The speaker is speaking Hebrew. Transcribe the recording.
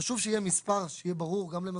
חשוב שיהיה מספר שיהיה ברור גם למזמין.